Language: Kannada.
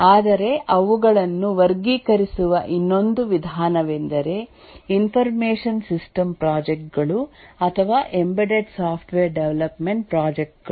ಆದರೆ ಅವುಗಳನ್ನು ವರ್ಗೀಕರಿಸುವ ಇನ್ನೊಂದು ವಿಧಾನವೆಂದರೆ ಇನ್ಫಾರ್ಮಶನ್ ಸಿಸ್ಟಮ್ ಪ್ರಾಜೆಕ್ಟ್ ಗಳು ಅಥವಾ ಎಂಬೆಡೆಡ್ ಸಾಫ್ಟ್ವೇರ್ಡೆವಲಪ್ಮೆಂಟ್ ಪ್ರಾಜೆಕ್ಟ್ ಗಳು